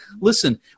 listen